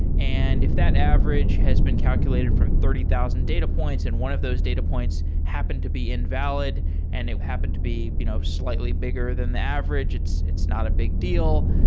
and if that average has been calculated from thirty thousand data points and one of those data points happen to be invalid and it happened to be you know enough slightly bigger than the average, it's it's not a big deal.